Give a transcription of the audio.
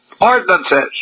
ordinances